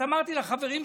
אמרתי לחברים שלי: